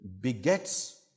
begets